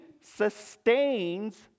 sustains